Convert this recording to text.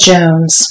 Jones